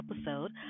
episode